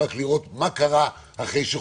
רק לראות מה קרה אחרי שחוקקו.